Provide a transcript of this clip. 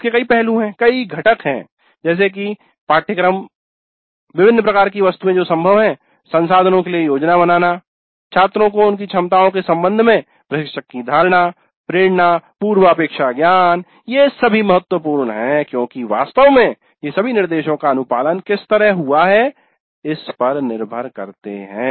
इसके कई पहलू हैं कई घटक है जैसे की पाठ्यक्रम विभिन्न प्रकार की वस्तुएं जो संभव हैं संसाधनों के लिए योजना बनाना छात्रों की उनकी क्षमताओं के संबंध में प्रशिक्षक की धारणा प्रेरणा पूर्वापेक्षा ज्ञान ये सभी बहुत महत्वपूर्ण हैं क्योंकि वास्तव में ये सभी निर्देशों का अनुपालन किस तरह हुआ है इस पर निर्भर करते है